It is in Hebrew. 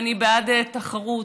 ואני בעד תחרות,